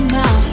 now